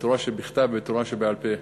בתורה שבכתב ובתורה שבעל-פה,